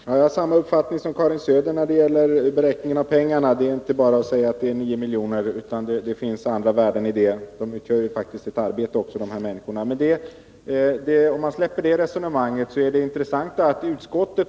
Herr talman! Jag har samma uppfattning som Karin Söder när det gäller beräkning av pengarna. Man kan inte bara säga att det är 9 miljoner, utan det finns andra värden här. Dessa människor utför faktiskt ett arbete också.